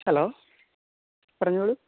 hello പറഞ്ഞോളൂ